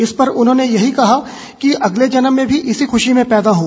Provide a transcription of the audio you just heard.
इस पर उन्होंने यही कहा कि अगले जन्म में भी इसी खुशी में पैदा हों